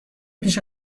پیش